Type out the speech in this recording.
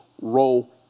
role